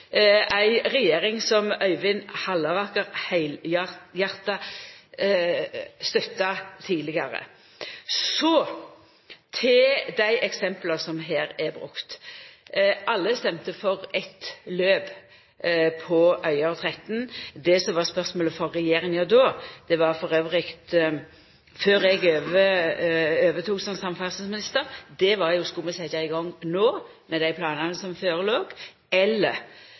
ei regjering som Øyvind Halleraker heilhjarta støtta tidlegare. Så til dei eksempla som her er brukte. Alle stemde for eitt løp på Øyer–Tretten. Det som var spørsmålet for regjeringa då – det var før eg overtok som samferdselsminister – var jo: Skulle vi setja i gang no, med dei planane som førelåg, eller